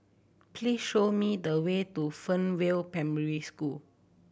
please show me the way to Fernvale Primary School